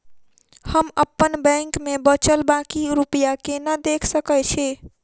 हम अप्पन बैंक मे बचल बाकी रुपया केना देख सकय छी?